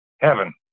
heaven